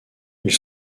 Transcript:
ils